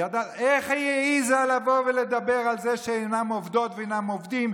איך היא העיזה לבוא ולדבר על זה אלה שאינן עובדות ואינם עובדים,